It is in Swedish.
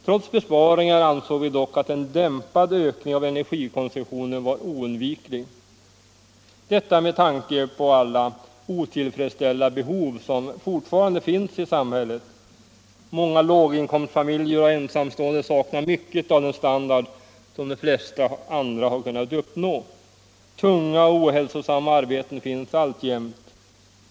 Trots besparingar ansåg vi dock att en dämpad ökning av energikonsumtionen var oundviklig. Detta med tanke på alla otillfredsställda behov som fortfarande finns i samhället. Många låginkomstfamiljer och ensamstående saknar mycket av den standard som de flesta andra kunnat uppnå. Tunga och ohälsosamma arbeten finns alltjämt.